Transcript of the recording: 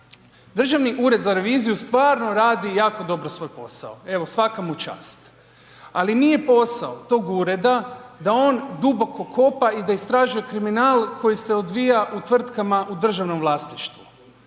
Državni ured za reviziju stvarno radi jako dobro svoj posao, evo, svaka mu čast. Ali nije posao tog ureda da on duboko kopa i da istražuje kriminal koji se odvija u tvrtkama u državnom vlasništvu.